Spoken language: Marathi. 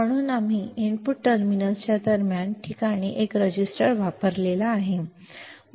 म्हणून आम्ही इनपुट टर्मिनल्सच्या दरम्यानच्या ठिकाणी एक रजिस्टर वापरला आहे